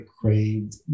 craved